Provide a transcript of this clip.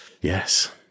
yes